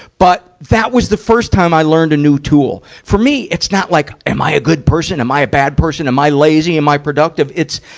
but, that was the first time i learned a new tool. for me, it's not like, am i a good person? am i a bad person? am i lazy? am i productive? it's,